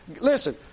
Listen